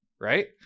Right